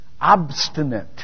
obstinate